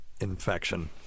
infection